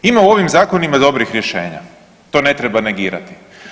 Ima u ovim zakonima dobrih rješenja, to ne treba negirati.